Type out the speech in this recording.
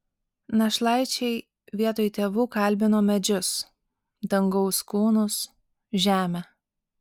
našlaičiai vietoj tėvų kalbino medžius dangaus kūnus žemę